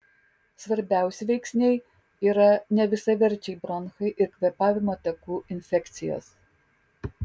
svarbiausi veiksniai yra nevisaverčiai bronchai ir kvėpavimo takų infekcijos